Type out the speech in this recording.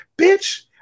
bitch